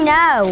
no